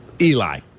Eli